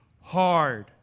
hard